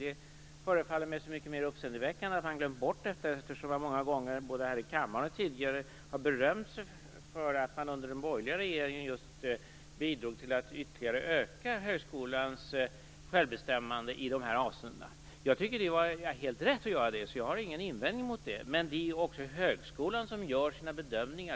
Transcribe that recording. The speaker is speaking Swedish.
Det förefaller mig så mycket mer uppseendeväckande att man har glömt bort detta eftersom man många gånger, både här i kammaren och tidigare, har berömt sig för att man under den borgerliga regeringen just bidrog till att ytterligare öka högskolans självbestämmande i de här avseendena. Jag tycker att det var helt rätt att göra det. Jag har ingen invändning mot det. Men det är också högskolan som gör sina bedömningar.